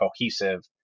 cohesive